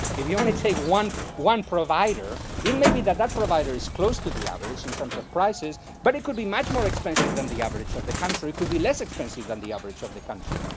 if you only take one one provider, it may be that that provider is closer to the average in terms of prices, but it could be much more expensive than the average of the country, could be less expensive than the average of the country.